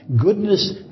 Goodness